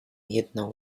jedna